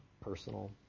personal